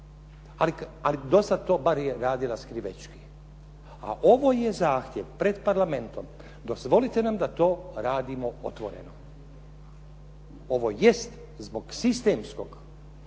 ali do sad to bar je radila skrivečki. A ovo je zahtjev pred Parlamentom, dozvolite nam da to radimo otvoreno. Ovo jest zbog sistemske